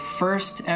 first